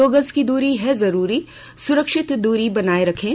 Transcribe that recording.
दो गज की दूरी है जरूरी सुरक्षित दूरी बनाए रखें